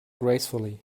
gracefully